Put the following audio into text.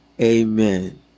amen